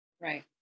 Right